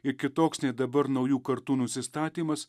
ir kitoks nei dabar naujų kartų nusistatymas